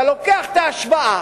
אתה לוקח את ההשוואה